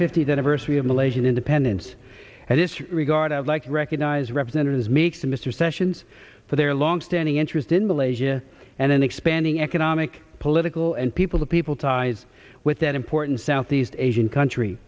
malaysian independence and this regard of like recognize representatives make to mr sessions for their longstanding interest in malaysia and in expanding economic political and people to people ties with that important southeast asian country